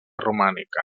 romànica